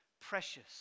precious